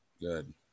Good